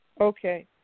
Okay